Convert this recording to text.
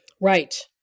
Right